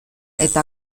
eta